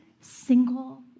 single